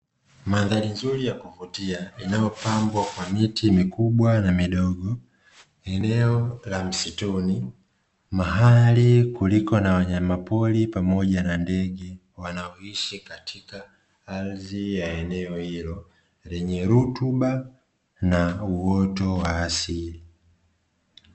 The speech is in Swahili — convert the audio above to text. Mandhari nzuri ya kuvutia inayopambwa na miti mikubwa na midogo eneo la msituni, mahali kuliko na wanyama pori pamoja na ndege wanaoishi katika ardhi ya eneo hilo lenye rutuba na uoto wa asili.